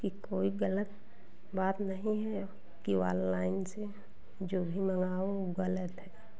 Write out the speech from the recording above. कि कोई गलत बात नहीं है कि ऑललाइन से जो भी मंगाओ वह गलत है